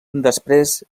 després